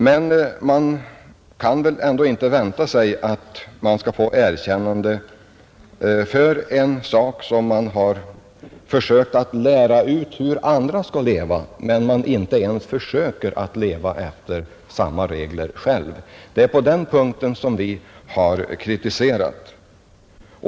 Men regeringen kan väl ändå inte vänta sig att få erkännande för att den har försökt lära ut hur andra skall leva när den inte ens försöker att leva efter samma regler själv. Det är på den punkten som vi har kritiserat.